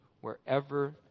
wherever